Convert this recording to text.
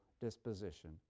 disposition